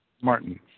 Martin